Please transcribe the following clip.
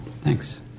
Thanks